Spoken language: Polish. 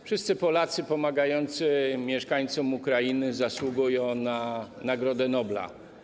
Wszyscy Polacy pomagający mieszkańcom Ukrainy zasługują na Nagrodę Nobla.